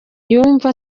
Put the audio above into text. yumva